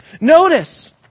Notice